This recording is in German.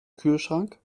kühlschrank